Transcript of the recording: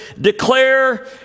declare